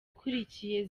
akurikiye